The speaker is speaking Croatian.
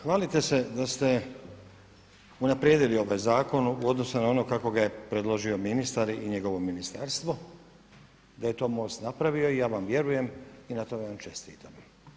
Hvalite se da ste unaprijedili ovaj zakon u odnosu na ono kako ga je predložio ministar i njegovo ministarstvo, da je to MOST napravio i ja vjerujem i na tome vam čestitam.